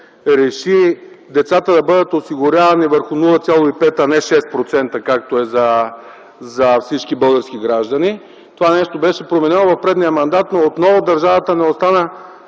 реши децата да бъдат осигурявани върху 0,5, а не 6%, както е за всички български граждани, това нещо беше променено в предния мандат, отново държавата не остана